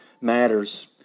matters